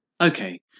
Okay